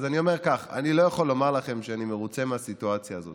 אני לא יכול לומר לכם שאני מרוצה מהסיטואציה הזאת,